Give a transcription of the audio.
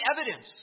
evidence